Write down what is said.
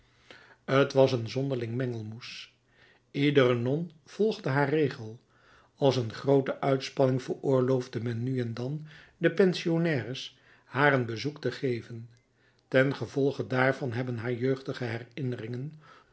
t was een zonderling mengelmoes iedere non volgde haar regel als een groote uitspanning veroorloofde men nu en dan den pensionnaires haar een bezoek te geven ten gevolge daarvan hebben haar jeugdige herinneringen